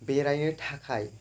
बेरायनो थाखाय